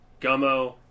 Gummo